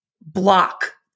block